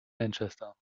manchester